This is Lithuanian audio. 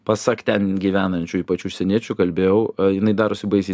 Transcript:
pasak ten gyvenančių ypač užsieniečių kalbėjau jinai darosi baisiai